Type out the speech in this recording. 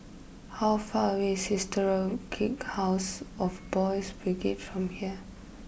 how far away is Historic house of Boys' Brigade from here